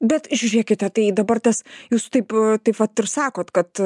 bet žiūrėkite tai dabar tas jūs taip taip vat ir sakot kad